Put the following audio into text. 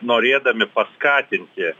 norėdami paskatinti